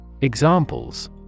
Examples